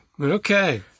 okay